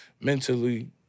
mentally